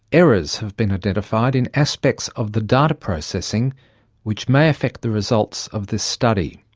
errors have been identified in aspects of the data processing which may affect the results of this study.